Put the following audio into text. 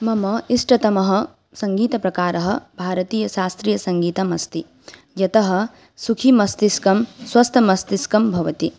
मम इष्टतमः सङ्गीतप्रकारः भारतीयशास्त्रीयसङ्गीतमस्ति यतः सुखीमस्तिष्कं स्वस्थमस्तिष्कं भवति